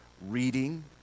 reading